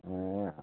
ए अँ